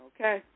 Okay